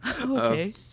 Okay